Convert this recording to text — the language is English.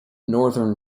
northern